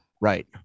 Right